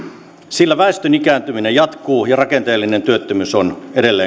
sillä väestön ikääntyminen jatkuu ja rakenteellinen työttömyys on